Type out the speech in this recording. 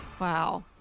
wow